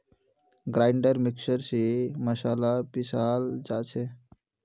grinder mixer स मसाला पीसाल जा छे